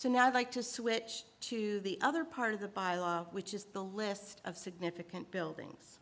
so now i like to switch to the other part of the bylaw which is the list of significant buildings